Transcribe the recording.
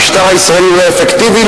המשטר הישראלי הוא לא אפקטיבי,